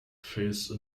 phase